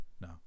no